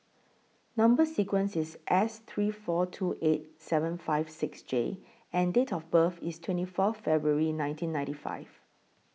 Number sequence IS S three four two eight seven five six J and Date of birth IS twenty four February nineteen ninety five